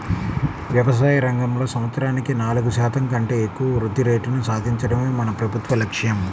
వ్యవసాయ రంగంలో సంవత్సరానికి నాలుగు శాతం కంటే ఎక్కువ వృద్ధి రేటును సాధించడమే మన ప్రభుత్వ లక్ష్యం